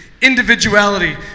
individuality